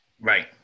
Right